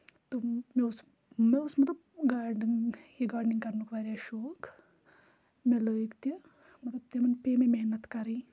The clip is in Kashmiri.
تِم مےٚ اوس مےٚ اوس مطلب گاڈنِنٛگ یہِ گاڈنِنٛگ کَرنُک واریاہ شوق مےٚ لٲگۍ تہِ مطلب تِمَن پے مےٚ محنت کَرٕنۍ